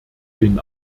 den